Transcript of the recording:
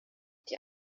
die